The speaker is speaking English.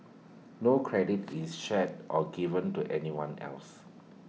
no credit is shared or given to anyone else